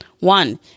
One